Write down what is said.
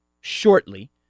shortly